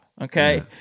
Okay